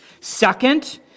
Second